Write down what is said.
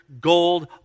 gold